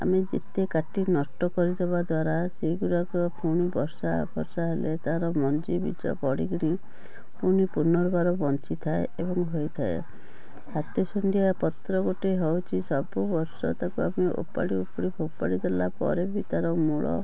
ଆମେ ଯେତେ କାଟି ନଷ୍ଟ କରିଦେବା ଦ୍ଵାରା ସେହି ଗୁଡ଼ାକ ଫୁଣି ବର୍ଷାଫର୍ଷା ହେଲେ ତାର ମଞ୍ଜି ବୀଜ ପଡିକିରି ଫୁଣି ପୁର୍ନବାର ବଞ୍ଚିଥାଏ ଏବଂ ହୋଇଥାଏ ହାତିଶୁଣ୍ଡିଆ ପତ୍ର ଗୋଟେ ହେଉଛି ସବୁ ବର୍ଷ ତାହାକୁ ଆପଣ ଓପାଡ଼ି ଉପୁଡ଼ି ଫୋପଡ଼ି ଦେଲା ପରେ ବି ତାହାର ମୂଳ